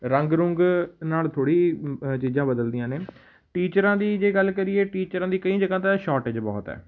ਰੰਗ ਰੁੰਗ ਨਾਲ ਥੋੜ੍ਹੀ ਚੀਜ਼ਾਂ ਬਦਲਦੀਆਂ ਨੇ ਟੀਚਰਾਂ ਦੀ ਜੇ ਗੱਲ ਕਰੀਏ ਟੀਚਰਾਂ ਦੀ ਕਈ ਜਗ੍ਹਾ ਤਾਂ ਸ਼ੋਰਟੇਜ ਬਹੁਤ ਹੈ